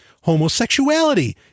homosexuality